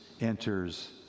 enters